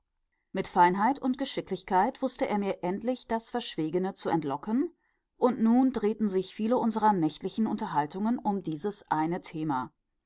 mit feinheit und geschicklichkeit wußte er mir endlich das verschwiegene zu entlocken und nun drehten sich viele unserer nächtlichen unterhaltungen um dieses eine thema